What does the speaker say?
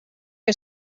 que